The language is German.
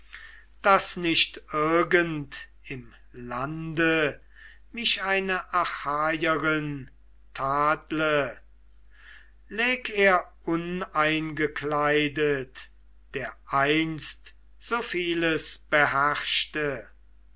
daß nicht irgend im lande mich eine achaierin tadle läg er uneingekleidet der einst so vieles beherrschte